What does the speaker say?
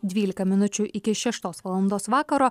dvylika minučių iki šeštos valandos vakaro